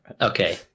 okay